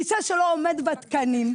כיסא שלא עומד בתקנים,